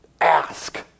ask